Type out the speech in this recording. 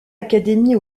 académie